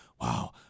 wow